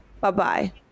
Bye-bye